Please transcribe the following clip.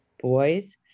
boys